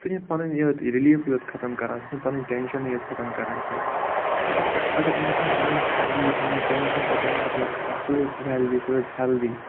سُہ چھِنہٕ پَنُن یوٚہَے یوت رِلیٖفٕے یوت ختم کَران سُہ چھِنہٕ پَنٕںۍ ٹٮ۪نشَنٕے یٲژ ختم کَران کینٛہہ اگر سُہ اگر اِنسان پَنُن رِلیٖف پَنُن ٹٮ۪نشَن کَرِ دٮ۪ماغہٕ منٛز ختم سُہ روزِ وٮ۪لدی سُہ روزِ ہٮ۪لدی